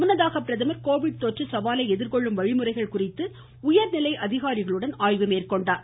முன்னதாக பிரதமர் கோவிட் தொற்று சவாலை எதிர்கொள்ளும் வழிமுறைகள் குறித்து உயர்நிலை அதிகாரிகளுடன் ஆய்வு மேற்கொண்டார்